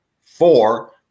four